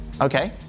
Okay